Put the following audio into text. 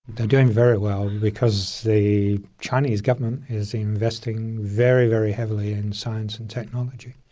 they're doing very well because the chinese government is investing very very heavily in science and technology.